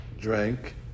drank